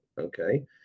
Okay